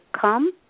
come